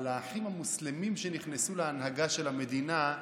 על האחים המוסלמים שנכנסו להנהגה של המדינה,